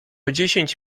dziesięć